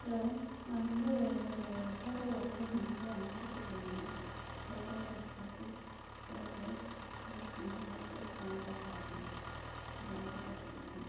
hello நான் வந்து ஒரு ஹோட்டலில் வந்து நான் வந்து ஆட்ரு போட்டுருந்தேன் parotta chapati curd rice plus வந்து ஒயிட் ரைஸ் சாம்பார் சாதம் இதை ஆட்ரு போட்டுருந்தேன்